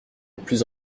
plus